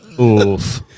Oof